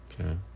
Okay